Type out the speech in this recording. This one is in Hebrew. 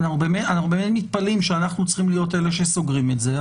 אנחנו באמת מתפלאים שאנחנו צריכים להיות אלו שסוגרים את זה.